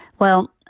well,